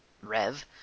Rev